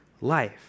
life